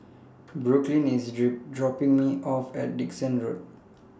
Brooklynn IS dropping Me off At Dickson Road